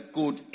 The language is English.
good